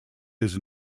his